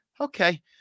Okay